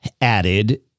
added